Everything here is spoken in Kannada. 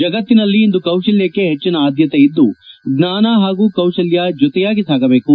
ಜಗತ್ತಿನಲ್ಲಿ ಇಂದು ಕೌಶಲ್ಚಕ್ಕೆ ಹೆಚ್ಚಿನ ಆದ್ಯತೆ ಇದ್ದು ಜ್ವಾನ ಹಾಗೂ ಕೌಶಲ್ಯ ಜೊತೆಯಾಗಿ ಸಾಗಬೇಕು